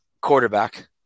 quarterback